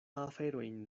aferojn